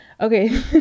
okay